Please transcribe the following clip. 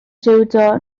jiwdo